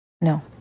No